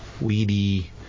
weedy